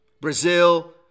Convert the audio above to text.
Brazil